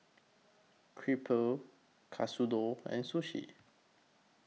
Crepe Katsudon and Sushi